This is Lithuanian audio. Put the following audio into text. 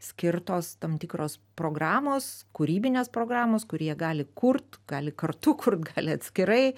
skirtos tam tikros programos kūrybinės programos kur jie gali kurt gali kartu kurt gali atskirai